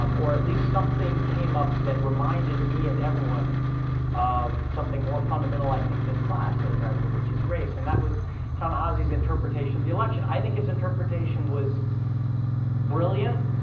um or at least something came up that reminded me and everyone of something more fundamental, i think, than class in america, which is race, and that was ta-nehisi's interpretation of the election. i think his interpretation was brilliant,